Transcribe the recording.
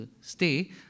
stay